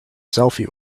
selfie